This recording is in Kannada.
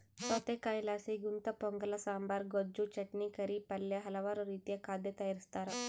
ಸೌತೆಕಾಯಿಲಾಸಿ ಗುಂತಪೊಂಗಲ ಸಾಂಬಾರ್, ಗೊಜ್ಜು, ಚಟ್ನಿ, ಕರಿ, ಪಲ್ಯ ಹಲವಾರು ರೀತಿಯ ಖಾದ್ಯ ತಯಾರಿಸ್ತಾರ